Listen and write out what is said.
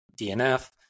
DNF